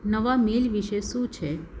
નવા મેઈલ વિશે શું છે